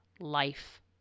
life